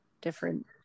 different